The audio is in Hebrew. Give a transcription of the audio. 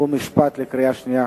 חוק ומשפט לקראת קריאה שנייה